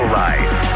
life